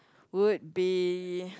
would be